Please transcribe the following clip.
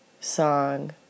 song